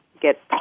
get